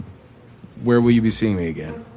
where will you be seeing me again?